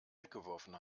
weggeworfen